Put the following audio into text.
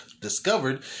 discovered